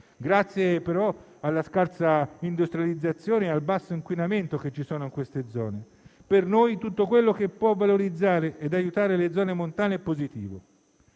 grazie però alla scarsa industrializzazione e al basso inquinamento presenti in quelle zone. Per noi tutto quello che può valorizzare e aiutare le zone montane è positivo.